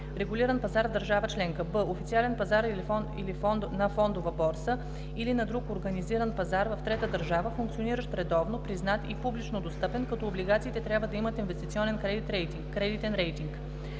регулиран пазар в държава членка; б) официален пазар на фондова борса или на друг организиран пазар в трета държава, функциониращ редовно, признат и публично достъпен, като облигациите трябва да имат инвестиционен кредитен рейтинг;